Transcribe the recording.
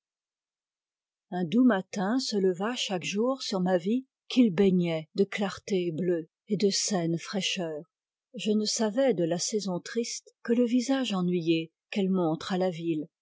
un doux matin se leva chaque jour sur ma vie qu'il baignait de clarté bleue et de saine fraîcheur je ne savais de la saison triste que le visage ennuyé qu'elle montre à la ville